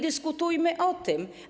Dyskutujmy o tym.